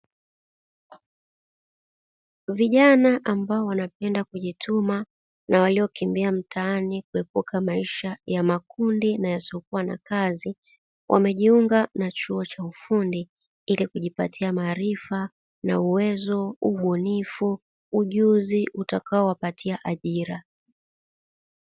Vijana ambao wanapenda kujituma na waliokimbia mtaani kuepuka maisha ya makundi na yasiyokua na kazi, wamejiunga na chuo cha ufundi ili kujipatia maarifa na uwezo, ubunifu, ujuzi, utakao wapatia ajira.